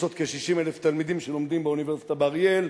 יש עוד כ-60,000 תלמידים שלומדים באוניברסיטה באריאל,